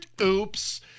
Oops